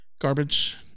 garbage